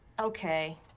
Okay